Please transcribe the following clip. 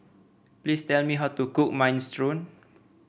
please tell me how to cook Minestrone